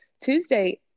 Tuesday